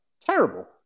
Terrible